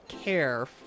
care